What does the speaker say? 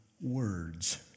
words